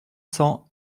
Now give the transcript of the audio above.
cents